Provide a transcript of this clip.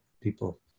people